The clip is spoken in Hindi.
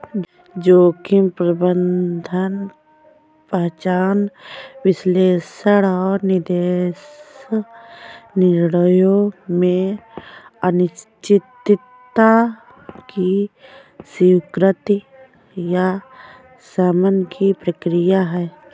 जोखिम प्रबंधन पहचान विश्लेषण और निवेश निर्णयों में अनिश्चितता की स्वीकृति या शमन की प्रक्रिया है